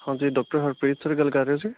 ਹਾਂਜੀ doctor Harpreet sir ਗੱਲ ਕਰ ਰਹੇ ਹੋ ਜੀ